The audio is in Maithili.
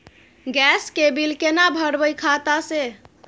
गैस के बिल केना भरबै खाता से?